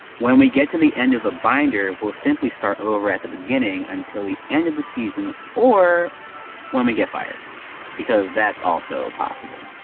when we get to the end of the binder we'll simply start all over at the beginning until the end of the season or when we get fired because that's also possible.